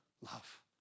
love